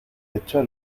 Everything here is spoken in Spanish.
echó